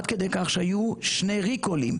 עד כדי כך שהיו שני ריקולים,